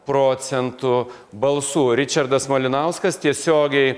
procentų balsų ričardas malinauskas tiesiogiai